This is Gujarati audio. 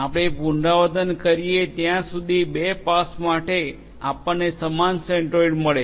આપણે પુનરાવર્તન કરીએ ત્યાં સુધી બે પાસ માટે આપણને સમાન સેન્ટ્રોઇડ મળે